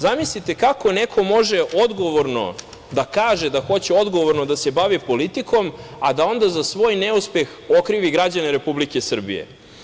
Zamislite kako neko može odgovorno da kaže da hoće odgovorno da se bavi politikom, a da onda za svoj neuspeh okrivi građane Republike Srbije.